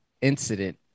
incident